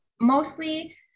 mostly